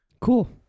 Cool